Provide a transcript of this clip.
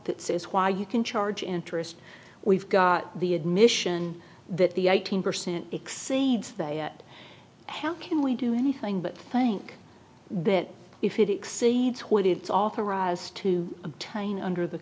that says why you can charge interest we've got the admission that the eighteen percent exceeds that yet how can we do anything but think that if it exceeds what its author as to telling under the